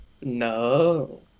No